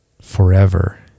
forever